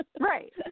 right